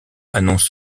annonce